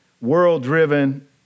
world-driven